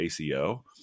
aco